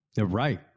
Right